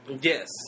Yes